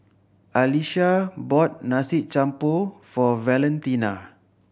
Alisha bought Nasi Campur for Valentina